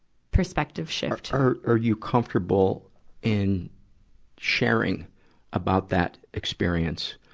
perspective shift. are, are you comfortable in sharing about that experience?